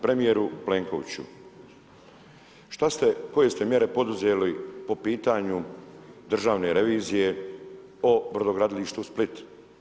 Premjeru Plenkoviću, šta ste, koje ste mjere poduzeli, po pitanju državne revizije, o brodogradilištu Split?